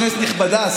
כנסת נכבדה,